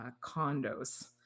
condos